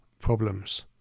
problems